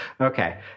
Okay